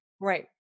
Right